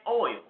oil